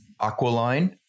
Aqualine